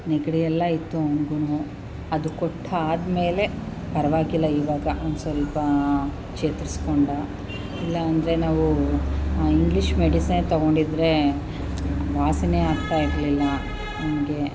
ನೆಗಡಿ ಎಲ್ಲ ಇತ್ತು ಅವ್ನಿಗೂನು ಅದು ಕೊಟ್ಟು ಆದಮೇಲೆ ಪರವಾಗಿಲ್ಲ ಇವಾಗ ಒಂದು ಸ್ವಲ್ಪ ಚೇತರಿಸ್ಕೊಂಡ ಇಲ್ಲ ಅಂದರೆ ನಾವು ಇಂಗ್ಲೀಷ್ ಮೆಡಿಸನ್ ತಗೊಂಡಿದ್ದರೆ ವಾಸಿಯೇ ಆಗ್ತಾಯಿರ್ಲಿಲ್ಲ ಅವ್ನಿಗೆ